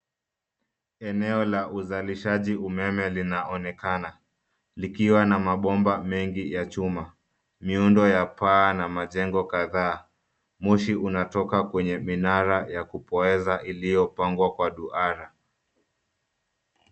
Eneo la uzalishaji umeme linaonekana likiwa na mabomba mengi ya chuma. Miundo ya paa na majengo kadhaa. Moshi unatoka kwenye minara ya kupoeza iliyopangwa kwa duara.